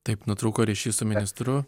taip nutrūko ryšys su ministru